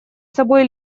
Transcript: собой